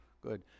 Good